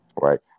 right